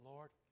Lord